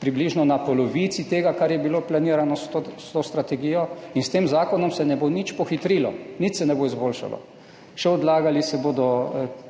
približno na polovici tega, kar je bilo planirano s to strategijo in s tem zakonom se ne bo nič pohitrilo, nič se ne bo izboljšalo, še odlagali se bodo